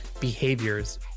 behaviors